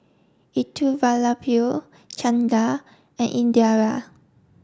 Elattuvalapil Chanda and Indira